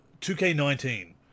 2K19